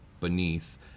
beneath